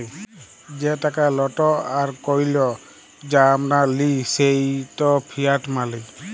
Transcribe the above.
যে টাকা লট আর কইল যা আমরা লিই সেট ফিয়াট মালি